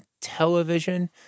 television